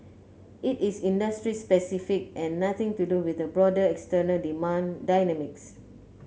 it is industry specific and nothing to do with the broader external demand dynamics